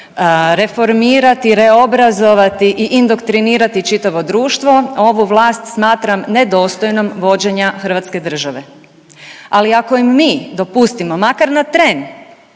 reformirati, reobrazovati i indoktrinirati čitavo društvo, ovu vlast smatram nedostojnom vođenja Hrvatske države. Ali ako im mi dopustimo makar na tren